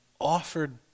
offered